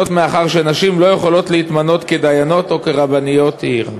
מאחר שנשים לא יכולות להתמנות לדיינות או לרבניות עיר.